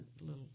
little